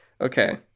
Okay